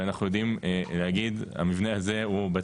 ואנחנו יודעים להגיד המבנה הזה הוא בית